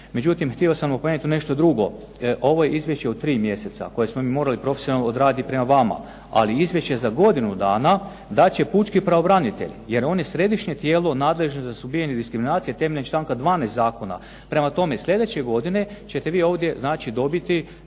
Međutim, htio sam napomenuti nešto drugo. Ovo je izvješće od tri mjeseca koje smo mi morali profesionalno odraditi prema vama, ali izvješća za godinu dana dat će pučki pravobranitelj jer on je središnje tijelo nadležno za suzbijanje diskriminacije temeljem članak 12. zakona. Prema tome, slijedeće godine ćete vi ovdje znači dobiti